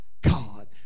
God